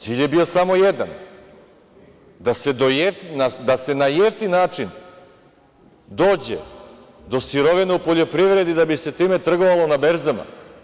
Cilj je bio samo jedan - da se na jeftin način dođe do sirovina u poljoprivredi da bi se time trgovalo na berzama.